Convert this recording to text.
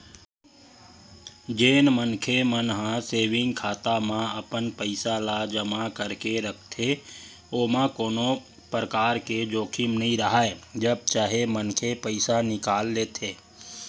जेन मनखे मन ह सेंविग खाता म अपन पइसा ल जमा करके रखथे ओमा कोनो परकार के जोखिम नइ राहय जब चाहे मनखे पइसा निकाल लेथे